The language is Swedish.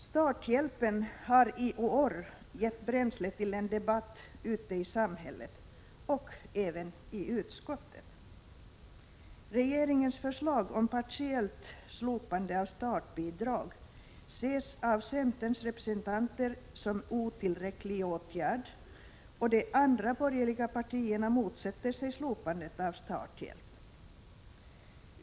Starthjälpen har i år gett bränsle till en debatt ute i samhället och även i utskottet. Regeringens förslag om partiellt slopande av startbidrag ses av centerns representanter som en otillräcklig åtgärd, och de andra borgerliga partierna motsätter sig slopandet av starthjälp.